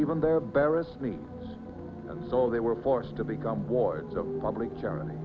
even their barest me and so they were forced to become wards of public germany